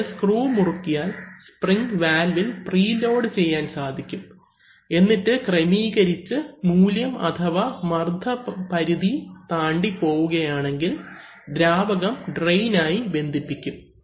അതിനാൽ സ്ക്രൂ മുറുക്കിയാൽ സ്പ്രിംഗ് വാൽവിൽ പ്രീലോഡ് ചെയ്യാൻ സാധിക്കും എന്നിട്ട് ക്രമീകരിച്ച് മൂല്യം അഥവാ മർദ്ദം പരിധി താണ്ടി പോവുകയാണെങ്കിൽ ദ്രാവകം ട്രയിൻ ആയി ബന്ധിപ്പിക്കും